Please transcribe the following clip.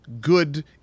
good